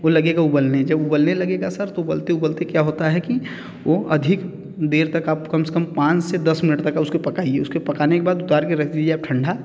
वो लगेगा उबलने जब उबलने लगेगा सर तो उबलते उबलते क्या होता है कि वो अधिक देर तक आप कम से कम पाँच से दस मिनट तक पकाइए उसके पकाने के बाद उतार के रख दीजिए आप ठंडा